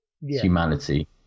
humanity